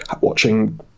watching